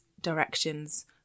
directions